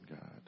God